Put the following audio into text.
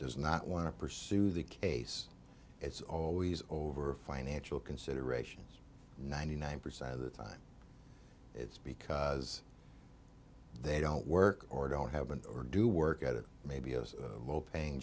does not want to pursue the case it's always over a financial considerations ninety nine percent of the time it's because they don't work or don't have an or do work at it maybe as low paying